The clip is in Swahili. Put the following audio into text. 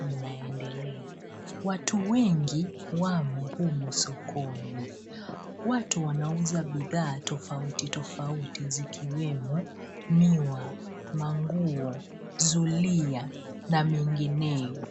inaendelea. Watu wengi wamo humu sokoni. Watu wanauza bidhaa tofauti tofauti zikiwemo miwa, manguo, zulia na mengineyo.